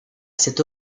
cette